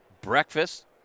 Breakfast